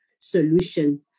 solution